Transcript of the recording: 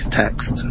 text